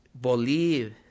believe